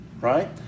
right